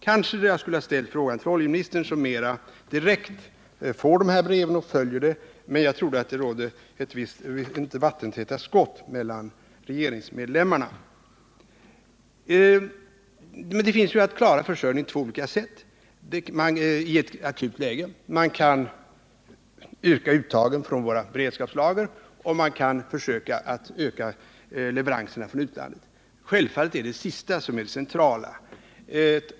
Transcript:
Kanske borde jag ha ställt frågan till handelsministern som ju får de här breven, men jag trodde inte att det förelåg vattentäta skott mellan regeringsmedlemmarna. För att klara oljeförsörjningen kan man i ett akut läge gå till väga på två olika sätt. Man kan öka uttagen från våra beredskapslager, och man kan försöka öka leveranserna från utlandet. Självfallet är det sistnämnda alternativet det centrala.